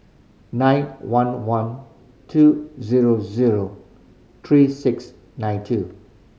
nine one one two zero zero three six nine two